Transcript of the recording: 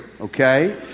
okay